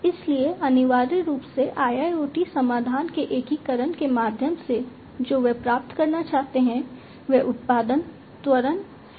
इसलिए अनिवार्य रूप से IIoT समाधान के एकीकरण के माध्यम से जो वे प्राप्त करना चाहते हैं वह उत्पादन त्वरण है